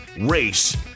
race